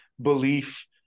belief